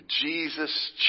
Jesus